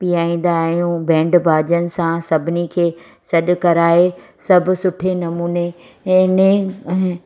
पीयारींदा आहियूं बैंड बाजन सां सभिनी खे सॾु कराए सभु सुठे नमूने